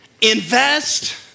invest